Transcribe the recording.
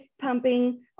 pumping